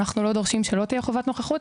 אנחנו לא דורשים שלא תהיה חובת נוכחות.